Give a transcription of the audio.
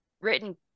written